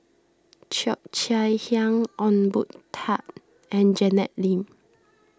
Cheo Chai Hiang Ong Boon Tat and Janet Lim